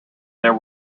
there